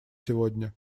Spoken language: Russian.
сегодня